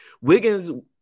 Wiggins